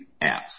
apps